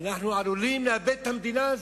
אנחנו עלולים לאבד את המדינה הזאת,